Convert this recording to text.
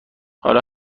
حالا